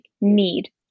need